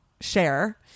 share